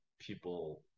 people